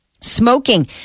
Smoking